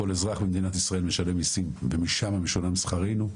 כל אזרח במדינת ישראל משלם מיסים ומשם משולם שכרנו.